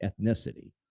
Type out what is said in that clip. ethnicity